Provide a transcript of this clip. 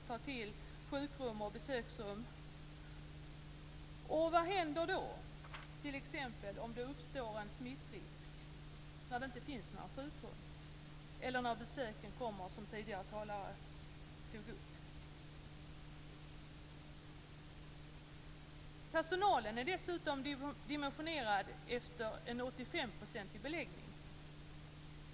Vad händer om det uppstår en smittrisk när det inte finns några sjukrum eller om det kommer besök? Personalen är dimensionerad för en 85-procentig beläggning.